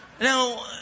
Now